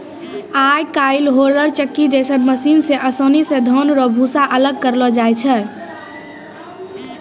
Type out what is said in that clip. आय काइल होलर चक्की जैसन मशीन से आसानी से धान रो भूसा अलग करलो जाय छै